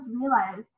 realize